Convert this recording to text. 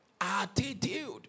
Attitude